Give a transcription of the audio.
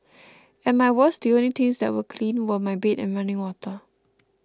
at my worst the only things that were clean were my bed and running water